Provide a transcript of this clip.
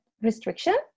restriction